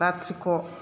लाथिख'